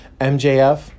MJF